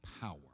power